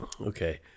Okay